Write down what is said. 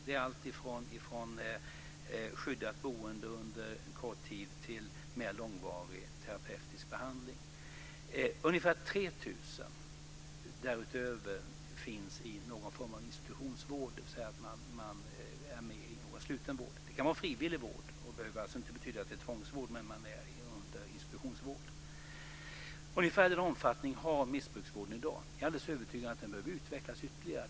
Det är alltifrån skyddat boende under kort tid till mer långvarig terapeutisk behandling. Ungefär 3 000 därutöver finns i någon form av institutionsvård, dvs. man befinner sig i sluten vård. Det kan vara frivillig vård. Det behöver alltså inte betyda att det är tvångsvård, men man är under institutionsvård. Ungefär den omfattningen har missbrukarvården i dag. Jag är alldeles övertygad om att den behöver utvecklas ytterligare.